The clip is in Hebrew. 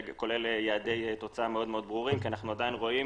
כולל יעדי תוצאה מאוד ברורים כי אנחנו עדיין רואים